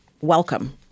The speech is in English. welcome